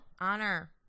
Honor